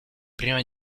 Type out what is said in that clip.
prima